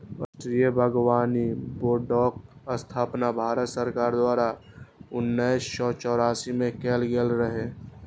राष्ट्रीय बागबानी बोर्डक स्थापना भारत सरकार द्वारा उन्नैस सय चौरासी मे कैल गेल रहै